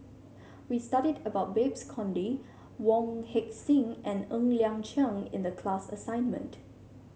we studied about Babes Conde Wong Heck Sing and Ng Liang Chiang in the class assignment